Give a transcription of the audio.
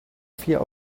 fear